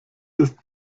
ist